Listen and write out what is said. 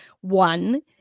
One